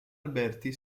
alberti